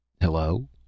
Hello